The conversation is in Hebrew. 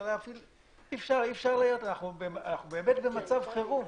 אנחנו במצב חירום.